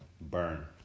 Burn